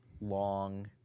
long